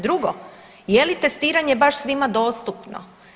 Drugo, jeli testiranje baš svima dostupno.